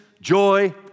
joy